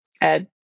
Ed